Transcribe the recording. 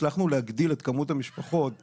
הצלחנו להגדיל את כמות המשפחות.